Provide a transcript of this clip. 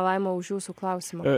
laima už jūsų klausimą